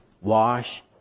wash